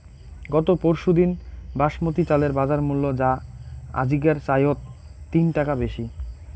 গত পরশুদিন বাসমতি চালের বাজারমূল্য যা আজিকের চাইয়ত তিন টাকা বেশি